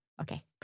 Okay